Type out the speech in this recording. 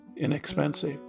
inexpensive